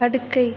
படுக்கை